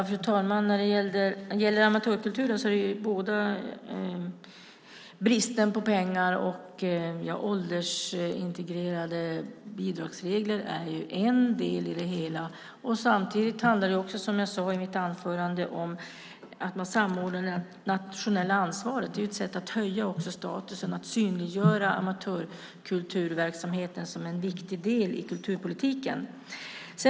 Fru talman! När det gäller amatörkulturen är bristen på pengar och regler om åldersintegrerade bidrag en del i det hela. Samtidigt handlar det också om, som jag sade i mitt anförande, att man samordnar det nationella ansvaret. Det är ett sätt att höja statusen och att synliggöra amatörkulturverksamheten som en viktig del i kulturpolitiken.